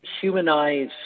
humanize